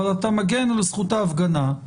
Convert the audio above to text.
אבל אתה מגן על זכות ההפגנה,